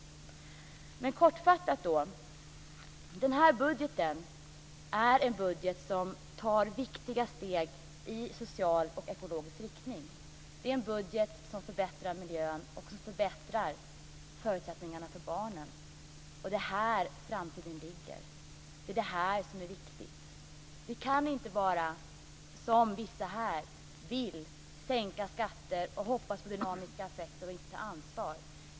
Kort sammanfattat är detta en budget som tar viktiga steg i social och ekologisk riktning. Den förbättrar miljön och förutsättningarna för barnen. Det är här som framtiden ligger. Det är det här som är viktigt. Vi kan inte, som vissa här vill, bara sänka skatter och hoppas på dynamiska effekter, utan att ta ett ansvar.